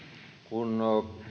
kun